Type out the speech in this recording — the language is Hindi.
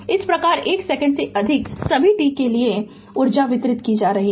इस प्रकार 1 सेकंड से अधिक सभी t के लिए ऊर्जा वितरित की जा रही है